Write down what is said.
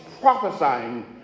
prophesying